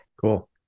cool